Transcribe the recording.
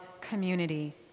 community